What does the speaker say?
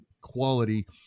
quality